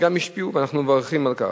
גם הם השפיעו, ואנחנו מברכים על כך.